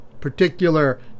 particular